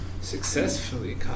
successfully